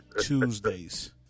Tuesdays